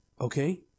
Okay